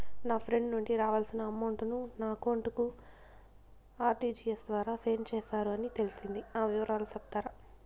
నా ఫ్రెండ్ నుండి రావాల్సిన అమౌంట్ ను నా అకౌంట్ కు ఆర్టిజియస్ ద్వారా సెండ్ చేశారు అని తెలిసింది, ఆ వివరాలు సెప్తారా?